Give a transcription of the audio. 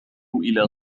إلى